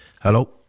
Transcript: hello